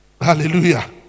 Hallelujah